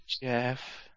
Jeff